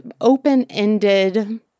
open-ended